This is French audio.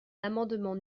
l’amendement